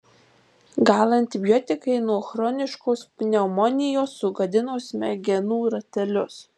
gal antibiotikai nuo chroniškos pneumonijos sugadino smegenų ratelius